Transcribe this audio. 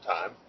time